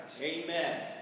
Amen